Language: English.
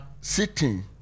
sitting